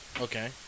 Okay